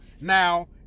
Now